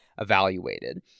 evaluated